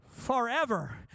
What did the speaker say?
Forever